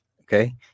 okay